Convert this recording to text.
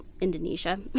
Indonesia